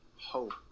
hope